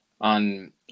on